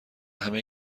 همه